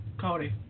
Cody